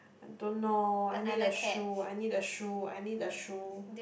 don't know I need a shoe I need a shoe I need a shoe